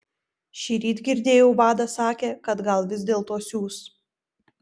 šįryt girdėjau vadas sakė kad gal vis dėlto siųs